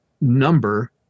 number